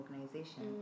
organization